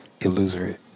illusory